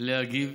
להגיב